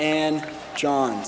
and john